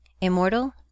immortal